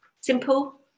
simple